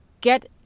get